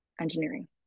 engineering